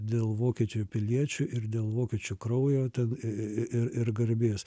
dėl vokiečių piliečių ir dėl vokiečių kraujo ten ir ir garbės